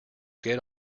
get